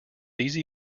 these